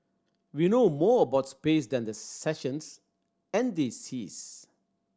we know more about space than the sessions and the seas